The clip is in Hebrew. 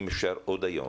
אם אפשר עוד היום,